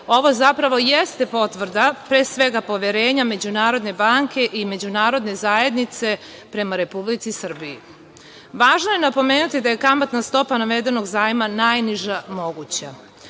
ovo, zapravo, jeste potvrda, pre svega, poverenja Međunarodne banke i međunarodne zajednice prema Republici Srbiji. Važno je napomenuti da je kamatna stopa navedenog zajma najniža moguća.